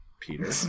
Peter